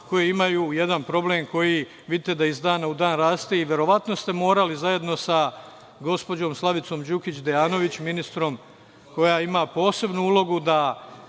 koje imaju jedan problem koji vidite da iz dana u dan raste i verovatno ste morali zajedno sa gospođom Slavicom Đukić Dejanović, ministrom koja ima posebnu ulogu da